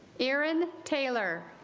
aaron taylor